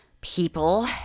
people